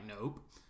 nope